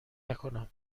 نکنم